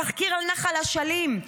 התחקיר על נחל אשלים,